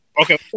okay